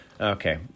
Okay